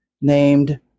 named